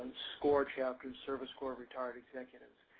score chapters, service corps of retired executives.